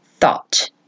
thought